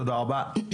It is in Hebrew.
תודה רבה.